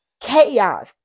chaos